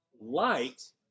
light